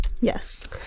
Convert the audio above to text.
Yes